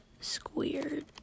squared